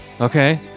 Okay